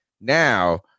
now